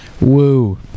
Woo